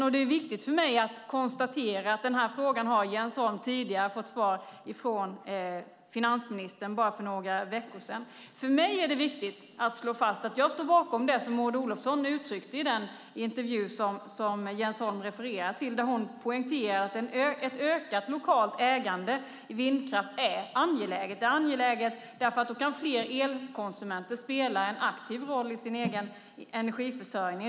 Och det är viktigt för mig att konstatera att den här frågan har Jens Holm fått svar på från finansministern för bara några veckor sedan. För mig är det viktigt att slå fast att jag står bakom det som Maud Olofsson uttryckte i den intervju som Jens Holm refererar till. Där poängterade hon att ett ökat lokalt ägande i vindkraft är angeläget. Det är angeläget därför att då kan fler elkonsumenter spela en aktiv roll i sin egen energiförsörjning.